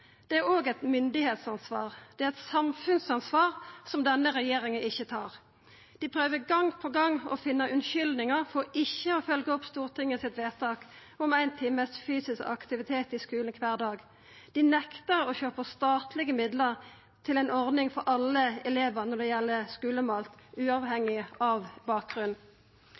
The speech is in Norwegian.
Det er òg eit myndigheitsansvar. Det er eit samfunnsansvar som denne regjeringa ikkje tar. Dei prøver gong på gong å finna unnskyldningar for ikkje å følgja opp Stortingets vedtak om ein time fysisk aktivitet i skulen kvar dag. Dei nektar å sjå på statlege midlar til ei ordning for skulemat for alle elevar,